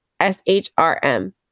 SHRM